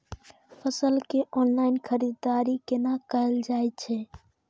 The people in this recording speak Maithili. फसल के ऑनलाइन खरीददारी केना कायल जाय छै?